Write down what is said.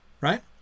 right